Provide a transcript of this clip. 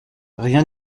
rien